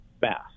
fast